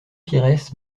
pires